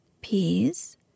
peas